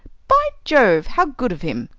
by jove, how good of him!